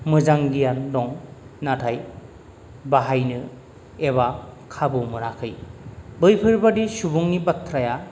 मोजां गियान दं नाथाय बाहायनो खाबु मोनाखै बैफोरबादि सुबुंनि बाथ्राया